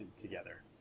together